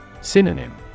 Synonym